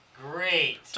great